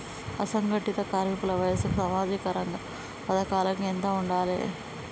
అసంఘటిత కార్మికుల వయసు సామాజిక రంగ పథకాలకు ఎంత ఉండాలే?